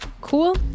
cool